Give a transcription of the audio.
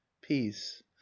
peace